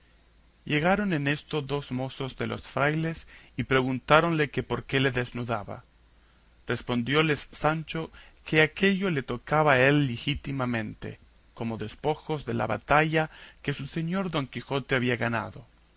llegaron en esto dos mozos de los frailes y preguntáronle que por qué le desnudaba respondióles sancho que aquello le tocaba a él ligítimamente como despojos de la batalla que su señor don quijote había ganado